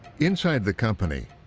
inside the company,